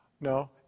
No